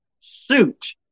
suit